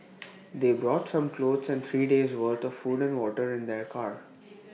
they brought some clothes and three days' worth of food and water in their car